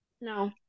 No